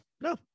no